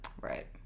Right